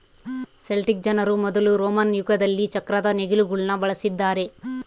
Celtic ಜನರು ಮೊದಲು Roman ಯುಗದಲ್ಲಿ ಚಕ್ರದ ನೇಗಿಲುಗುಳ್ನ ಬಳಸಿದ್ದಾರೆ